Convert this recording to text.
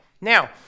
now